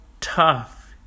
Tough